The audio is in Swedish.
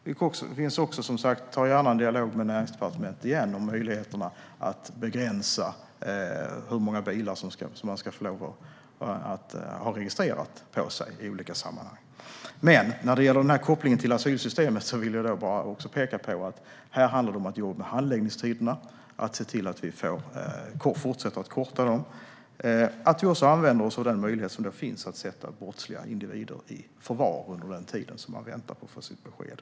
Vi har som sagt gärna en ny dialog med Näringsdepartementet om möjligheterna att begränsa hur många bilar man får ha registrerade i olika sammanhang. Men när det gäller kopplingen till asylsystemet vill jag peka på att det handlar om att jobba med handläggningstiderna och fortsätta att förkorta dem. Vi måste också använda oss av den möjlighet som finns att sätta brottsliga individer i förvar under den tid de väntar på besked.